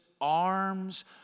arms